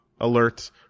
alert